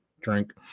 drink